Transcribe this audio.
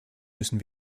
müssen